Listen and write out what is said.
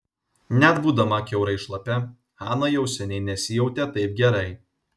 net būdama kiaurai šlapia hana jau seniai nesijautė taip gerai